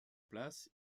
place